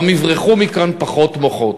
ואז גם יברחו מכאן פחות מוחות.